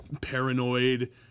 paranoid